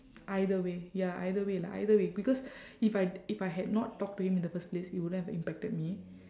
either way ya either way lah either way because if I if I had not talked to him in the first place it wouldn't have impacted me